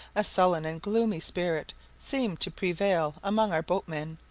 a sullen and gloomy spirit seemed to prevail among our boatmen,